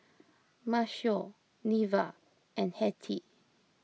Maceo Neva and Hettie